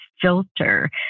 filter